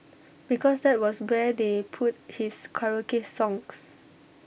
because that was where they put his karaoke songs